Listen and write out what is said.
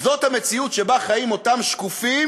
זאת המציאות שבה חיים אותם שקופים